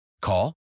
Call